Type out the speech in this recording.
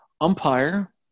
umpire